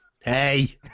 Hey